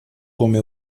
come